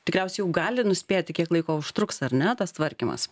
tikriausiai jau gali nuspėti kiek laiko užtruks ar ne tas tvarkymas